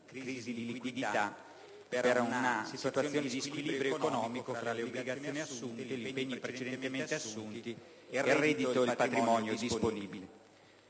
crisi di liquidità dovute a situazioni di squilibrio economico fra le obbligazioni e gli impegni precedentemente assunti e il reddito ed il patrimonio disponibili.